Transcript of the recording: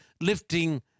lifting